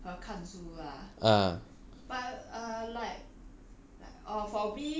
so basically 你是很讨厌读书和和看书 ah